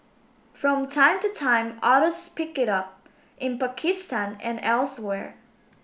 from time to time others pick it up in Pakistan and elsewhere